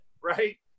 right